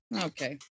Okay